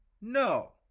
No